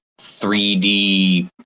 3D